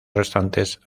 restantes